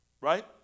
Right